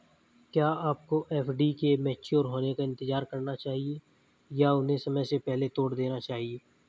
क्या आपको एफ.डी के मैच्योर होने का इंतज़ार करना चाहिए या उन्हें समय से पहले तोड़ देना चाहिए?